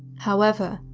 however,